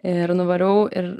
ir nuvariau ir